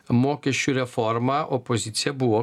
mokesčių reformą opozicija buvo